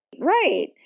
Right